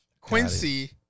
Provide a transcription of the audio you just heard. Quincy